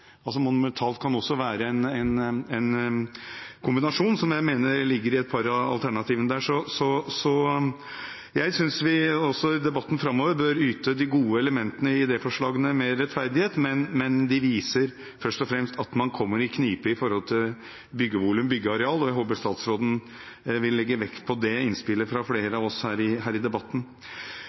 Monumentalt kan også være en kombinasjon, som jeg mener ligger i et par av alternativene. Så jeg synes vi også i debatten framover bør yte de gode elementene i idéforslagene mer rettferdighet, men de viser først og fremst at man kommer i knipe i forhold til byggevolum og byggeareal, og jeg håper statsråden vil legge vekt på det innspillet fra flere av oss her i debatten.